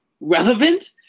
relevant